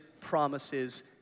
promises